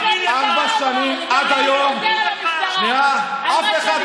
ארבע שנים, עד היום, שנייה, אני אקריא לך.